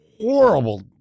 horrible